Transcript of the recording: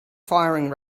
firing